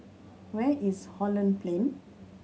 where is Holland Plain